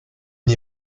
une